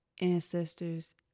ancestors